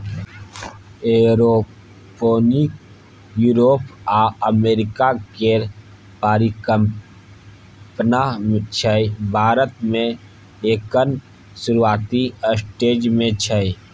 aeroponic Europe आ America केर परिकल्पना छै भारत मे एखन शुरूआती स्टेज मे छै